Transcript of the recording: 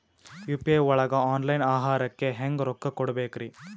UPI ಒಳಗ online ಆಹಾರಕ್ಕೆ ಹೆಂಗ್ ರೊಕ್ಕ ಕೊಡಬೇಕ್ರಿ?